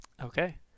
Okay